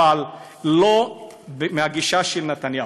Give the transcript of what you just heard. אבל לא בגישה של נתניהו.